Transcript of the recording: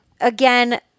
again –